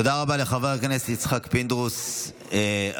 תודה רבה לחבר הכנסת יצחק פינדרוס על